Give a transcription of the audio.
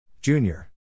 Junior